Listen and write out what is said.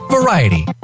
Variety